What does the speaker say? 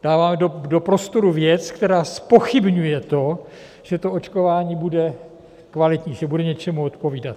Dáváme do prostoru věc, která zpochybňuje to, že to očkování bude kvalitní, že bude něčemu odpovídat.